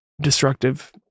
destructive